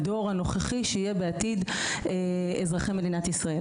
הדור הנוכחי, שבעתיד יהיה אזרחי מדינת ישראל.